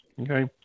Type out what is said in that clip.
Okay